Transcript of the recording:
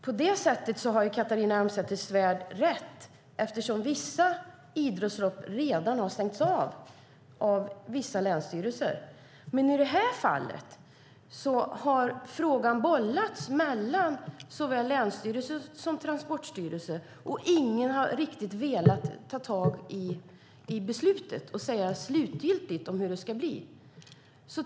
Catharina Elmsäter-Svärd har alltså rätt i att en del länsstyrelser har stängt av trafiken. Men i detta fall har frågan bollats mellan länsstyrelsen och Transportstyrelsen, och ingen har velat ta beslutet och säga slutgiltigt hur det ska bli.